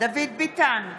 דוד ביטן,